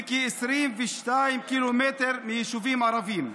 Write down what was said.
וכ-22 קילומטר מיישובים ערביים.